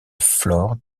flore